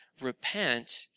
Repent